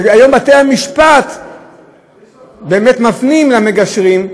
והיום בתי-המשפט באמת מפנים למגשרים,